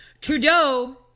Trudeau